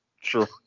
Sure